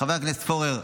חבר הכנסת פורר,